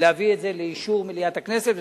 להביא את זה לאישור מליאת הכנסת,